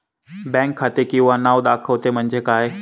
Bank खाते किंवा नाव दाखवते म्हणजे काय?